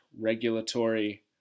regulatory